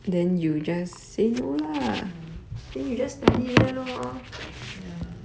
ya ya